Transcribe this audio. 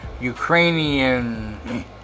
Ukrainian